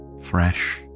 fresh